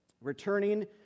returning